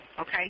Okay